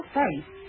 face